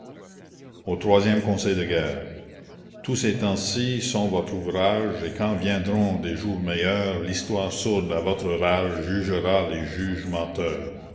tous ces temps-ci sont votre ouvrage et quand viendront des jours meilleurs l'histoire sourde à votre rage jugera les juges menteurs